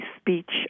speech